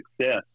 success